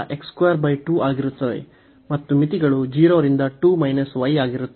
x ಈಗ x 22 ಆಗಿರುತ್ತದೆ ಮತ್ತು ಮಿತಿಗಳು 0 ರಿಂದ 2 y ಆಗಿರುತ್ತದೆ